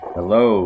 Hello